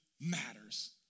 matters